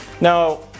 now